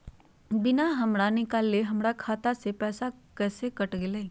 बिना हमरा निकालले, हमर खाता से पैसा कैसे कट गेलई?